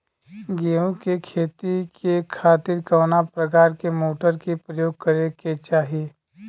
गेहूँ के खेती के खातिर कवना प्रकार के मोटर के प्रयोग करे के चाही?